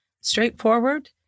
straightforward